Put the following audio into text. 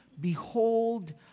Behold